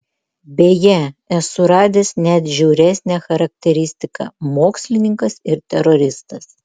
beje esu radęs net žiauresnę charakteristiką mokslininkas ir teroristas